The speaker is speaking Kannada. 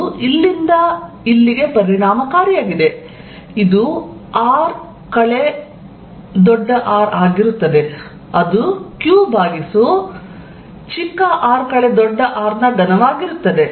ಇದು ಇಲ್ಲಿಂದ ಇಲ್ಲಿಗೆ ಪರಿಣಾಮಕಾರಿಯಾಗಿದೆ ಇದು ಆಗಿರುತ್ತದೆ ಅದು q ನ ಘನವಾಗಿರುತ್ತದೆ